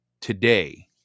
today